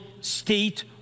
state